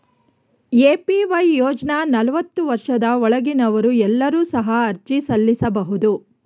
APY ಯೋಜ್ನ ನಲವತ್ತು ವರ್ಷದ ಒಳಗಿನವರು ಎಲ್ಲರೂ ಸಹ ಅರ್ಜಿ ಸಲ್ಲಿಸಬಹುದು